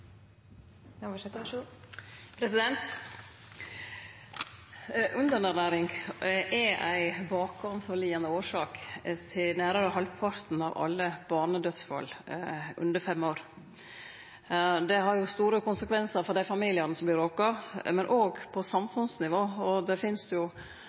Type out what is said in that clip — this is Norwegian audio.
Så jeg tar med meg det i det videre arbeidet. Underernæring er ei årsak som ligg bak nærare halvparten av alle barnedødsfall under fem år. Det har store konsekvensar for dei familiane som vert råka, men òg på samfunnsnivå. Det finst